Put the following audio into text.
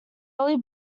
early